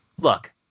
look